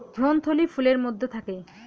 ভ্রূণথলি ফুলের মধ্যে থাকে